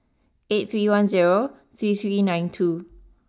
eight three one zero three three nine two